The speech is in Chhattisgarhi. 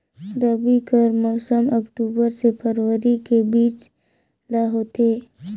रबी कर मौसम अक्टूबर से फरवरी के बीच ल होथे